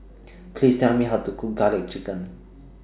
Please Tell Me How to Cook Garlic Chicken